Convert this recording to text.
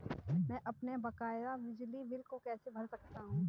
मैं अपने बकाया बिजली बिल को कैसे भर सकता हूँ?